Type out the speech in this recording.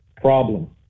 problem